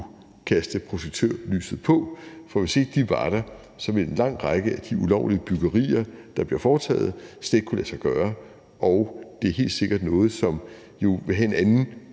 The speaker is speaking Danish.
kaste projektørlyset på, for hvis ikke de var der, så ville en lang række af de ulovlige byggerier, der bliver foretaget, slet ikke kunne lade sig gøre. Og det er helt sikkert noget, som jo vil have en anden